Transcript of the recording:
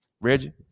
Reggie